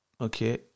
Okay